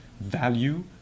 value